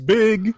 big